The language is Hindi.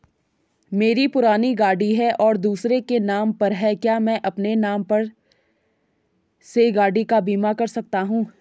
मेरी पुरानी गाड़ी है और दूसरे के नाम पर है क्या मैं अपने नाम से गाड़ी का बीमा कर सकता हूँ?